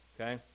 okay